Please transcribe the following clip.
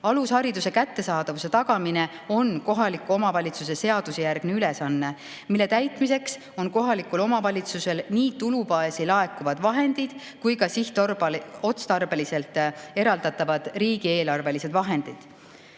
Alushariduse kättesaadavuse tagamine on kohaliku omavalitsuse seadusjärgne ülesanne, mille täitmiseks on kohalikul omavalitsusel nii tulubaasi laekuvad vahendid kui ka sihtotstarbeliselt eraldatavad riigieelarvelised vahendid.